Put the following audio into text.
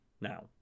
now